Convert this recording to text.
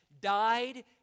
died